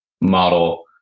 model